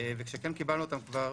וכשכן קיבלנו אותם כבר,